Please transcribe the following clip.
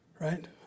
right